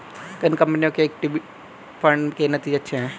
किन कंपनियों के इक्विटी फंड के नतीजे अच्छे हैं?